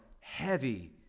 heavy